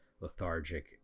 lethargic